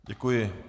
Děkuji.